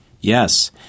Yes